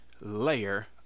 layer